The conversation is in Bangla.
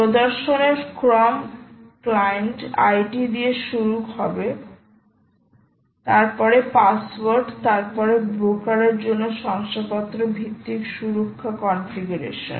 প্রদর্শনের ক্রম ক্লায়েন্ট ID দিয়ে শুরু হবে তারপরে পাসওয়ার্ড তারপরে ব্রোকারের জন্য শংসাপত্র ভিত্তিক সুরক্ষা কনফিগারেশন